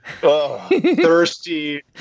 thirsty